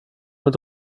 mit